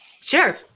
Sure